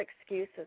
excuses